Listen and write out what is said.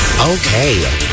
Okay